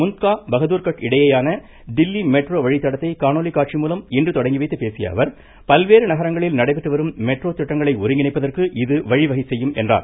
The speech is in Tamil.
முன்த்கா பஹதூர்கட் இடையேயான தில்லி மெட்ரோ வழித்தடத்தை காணொலி காட்சி மூலம் இன்று தொடங்கி வைத்துப் பேசிய அவர் பல்வேறு நகரங்களில் நடைபெற்று வரும் மெட்ரோ திட்டங்களை ஒருங்கிணைப்பதற்கு இது வழிவகை செய்யும் என்றார்